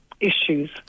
issues